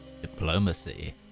Diplomacy